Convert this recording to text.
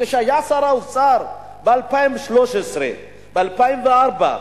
כשהיה שר האוצר, ב-2003, ב-2004,